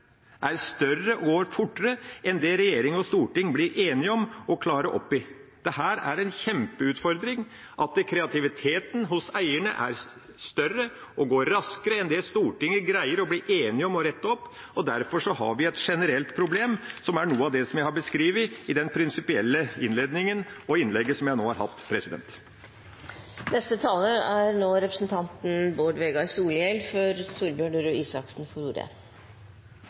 er større og går fortere – enn det regjering og storting blir enige om å klare opp i. Det er en kjempeutfordring at kreativiteten hos eierne er større og går raskere enn det Stortinget greier å bli enige om å rette opp. Derfor har vi et generelt problem, som er noe av det jeg har beskrevet i den prinsipielle innledningen og i innlegget jeg nå har